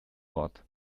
wort